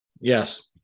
Yes